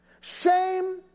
Shame